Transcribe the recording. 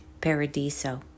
paradiso